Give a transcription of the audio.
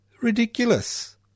ridiculous